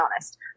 honest